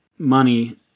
Money